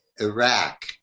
Iraq